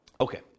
Okay